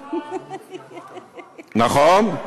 נכון?